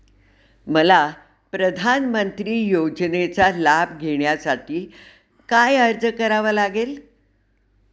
मला प्रधानमंत्री योजनेचा लाभ घेण्यासाठी काय अर्ज करावा लागेल?